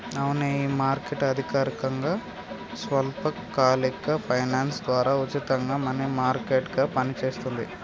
అవునే ఈ మార్కెట్ అధికారకంగా స్వల్పకాలిక ఫైనాన్స్ ద్వారా ఉచితంగా మనీ మార్కెట్ గా పనిచేస్తుంది